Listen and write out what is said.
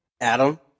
Adam